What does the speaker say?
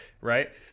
right